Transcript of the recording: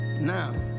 Now